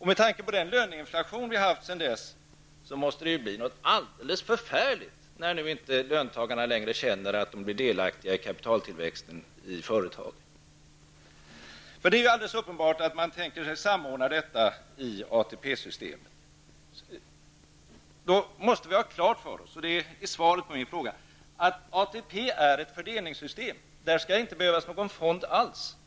Med tanke på den löneinflation vi haft sedan de infördes måste det ju bli något alldeles förfärligt när nu löntagarna inte längre känner att de blir delaktiga i kapitaltillväxten i företagen. Det alldeles uppenbart att man tänker sig att samordna löntagarfonderna i ATP-systemet. Då måste vi ha klart för oss -- och det är svaret på min fråga -- att ATP-systemet är ett fördelningssystem. Där skall inte behövas någon fond alls.